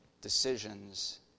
decisions